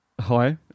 hi